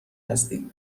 هستی